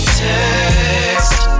text